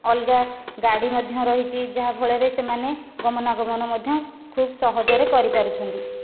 ଅଲଗା ଗାଡି ମଧ୍ୟ ରହିଛି ଯାହାଫଳରେ ସେମାନେ ଗମନାଗମନ ମଧ୍ୟ ଖୁବ ସହଜରେ କରିପାରୁଛନ୍ତି